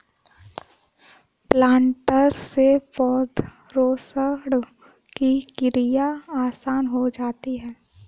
planter से पौधरोपण की क्रिया आसान हो जाती है